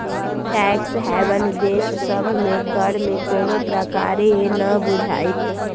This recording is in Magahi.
टैक्स हैवन देश सभ में कर में कोनो प्रकारे न बुझाइत